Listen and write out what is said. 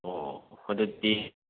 ꯑꯣ ꯑꯗꯨꯗꯤ